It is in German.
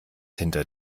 hinter